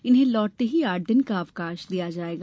इन्हें लौटते ही आठ दिन का अवकाश दिया जाएगा